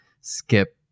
skip